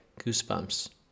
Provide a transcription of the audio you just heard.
goosebumps